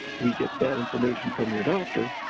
we get that information from your doctor,